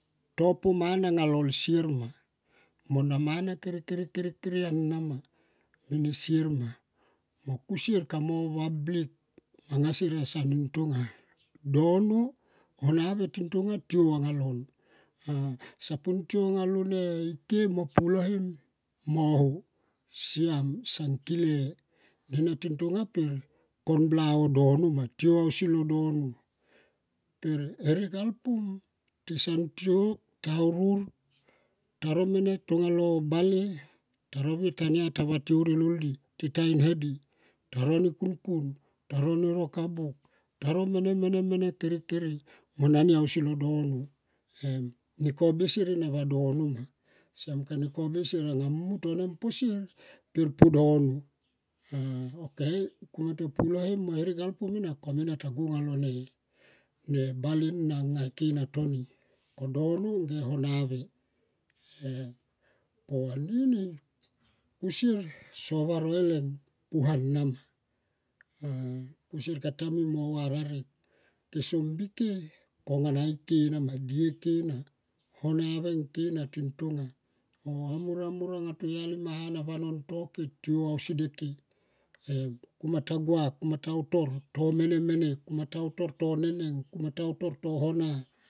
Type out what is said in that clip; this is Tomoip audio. To po mana anga lol sier ma mo na mana kere kere ana ma me ne sier ma kusie kamo vablik manga sier son nin tonga. Dono hona ve tin tonga tiou anga lon. Piulo hem mo ho siam sang kile nena son tonga pe konbila oh dono ma tiou ausi lo dono per herek alpum tisen tiou ta urur taro mene talo bale ta rovie tania ta vatou rie lol di ta in hedi ta ro ne kunkun ta ro ne roka buk ne mene mene kere kere mo nani ausi lo dono em ne koble sier enali vadono ma. ta mung ko mu to po srer per po dono ok kuma ta pulo hem mo herek alpum ena kom ena tagolone em ko anini kusiser so varoilrng puanama kusier kata mui mo va rarek so mbike konga na ike na ma na dieke na honave ngke na tintonga amor amor ang toyali ma hana vanon to ke tiou ausi nde ke em kuma ta gua kuma ta utar to mene mene kuma ta utor to nene ng kuma ta utar to hona.